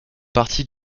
partie